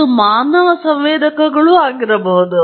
ಇದು ಮಾನವ ಸಂವೇದಕಗಳಾಗಬಹುದು